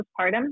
postpartum